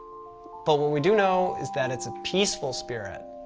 but, what we do know, is that it's a peaceful spirit.